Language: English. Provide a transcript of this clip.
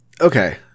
Okay